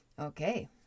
Okay